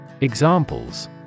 Examples